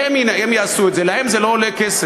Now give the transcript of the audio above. שהם יעשו את זה, להם זה לא עולה כסף.